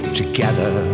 together